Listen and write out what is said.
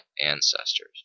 ancestors